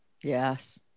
Yes